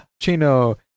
chino